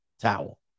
towel